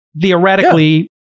theoretically